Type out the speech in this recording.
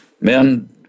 men